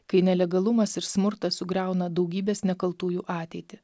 kai nelegalumas ir smurtas sugriauna daugybės nekaltųjų ateitį